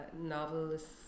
novelists